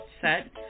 set